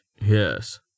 yes